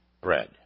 bread